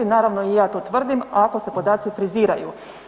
Naravno i ja to tvrdim ako se podaci friziraju.